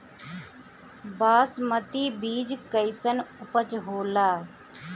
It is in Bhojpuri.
बासमती बीज कईसन उपज होला?